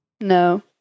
No